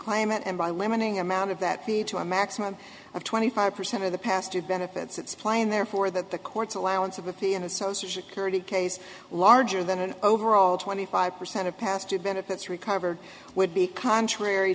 claimant and by limiting the amount of that fee to a maximum of twenty five percent of the past two benefits it's plain therefore that the court's allowance of a fee and a social security case larger than an overall twenty five percent of past two benefits recovered would be contrary